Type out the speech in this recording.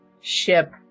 ship